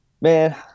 man